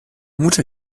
mutter